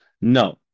No